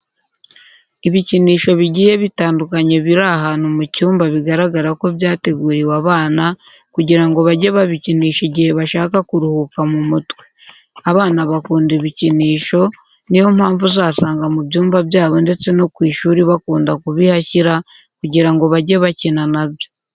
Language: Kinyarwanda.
Ibikinisho bigiye bitandukanye biri ahantu mu cyumba bigaragara ko byateguriwe abana kugira ngo bajye babikinisha igihe bashaka kuruhuka mu mutwe. Abana bakunda ibikinisho, niyo mpamvu uzasanga mu byumba byabo ndetse no ku ishuri bakunda kubihashyira kugira ngo bajye bakina na byo.